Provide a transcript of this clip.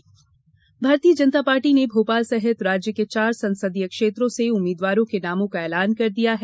भाजपा उम्मीदवार भारतीय जनता पार्टी ने भोपाल सहित राज्य के चार संसदीय क्षेत्रों से उम्मीदवारों के नामों का एलान कर दिया है